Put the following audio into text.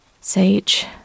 Sage